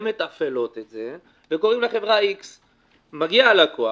שמתפעלות את זה וקוראים לחברה X. מגיע הלקוח,